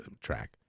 track